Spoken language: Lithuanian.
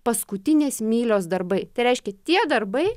paskutinės mylios darbai tai reiškia tie darbai